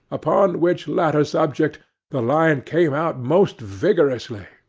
upon which latter subject the lion came out most vigorously,